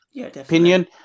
opinion